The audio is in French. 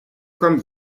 comme